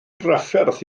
drafferth